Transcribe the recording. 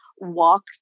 walk